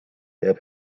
jääb